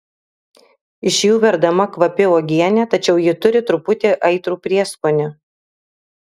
iš jų verdama kvapi uogienė tačiau ji turi truputį aitrų prieskonį